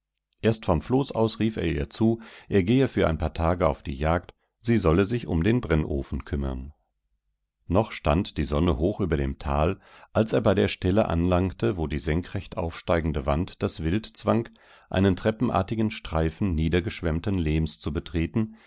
erst vom floß aus rief er ihr zu er gehe für ein paar tage auf die jagd sie solle sich um den brennofen kümmern noch stand die sonne hoch über dem tal als er bei der stelle anlangte wo die senkrecht aufsteigende wand das wild zwang einen treppenartigen streifen niedergeschwemmten lehms zu betreten